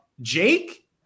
Jake